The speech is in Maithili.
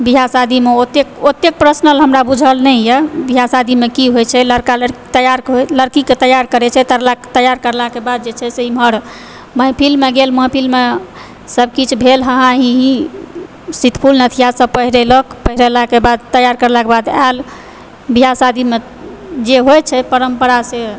बिआह शादीमे ओतेक ओतेक प्रश्नल हमरा बुझल नहि यऽ बिआह शादीमे की होइ छै लड़का लड़की तैयार लड़कीके तैयार करै छै तऽ तैयार करलाके बाद जे छै से इम्हर महफिलमे गेल महफिल मे सब किछु भेल हाहा हीही सितफूल नथिआ सब पहिरेलक पहिरेलाके बाद तैयार करलाके बाद आयल बिआह शादीमे जे होइ छै परम्परा से